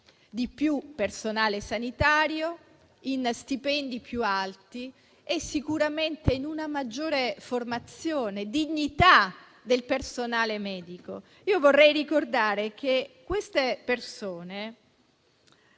di più personale sanitario, in stipendi più alti e sicuramente in una maggiore formazione e dignità del personale medico. Ricordo che queste persone